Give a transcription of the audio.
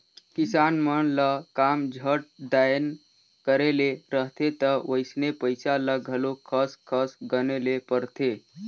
किसान मन ल काम झट दाएन करे ले रहथे ता वइसने पइसा ल घलो खस खस गने ले परथे